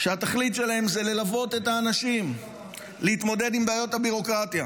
שהתכלית שלהם זה ללוות את האנשים ולהתמודד עם בעיות הביורוקרטיה.